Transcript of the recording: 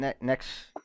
next